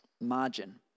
Margin